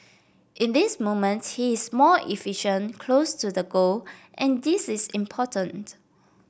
in this moment he is more efficient close to the goal and this is important